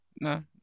No